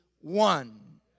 One